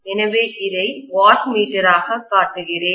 எனவே இதை வாட்மீட்டராகக் காட்டுகிறேன்